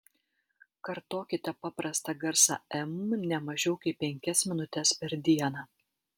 kartokite paprastą garsą m ne mažiau kaip penkias minutes per dieną